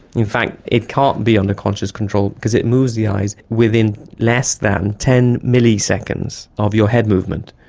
in fact it can't be under conscious control because it moves the eyes within less than ten milliseconds of your head movement.